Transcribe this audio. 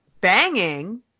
banging